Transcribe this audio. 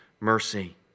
mercy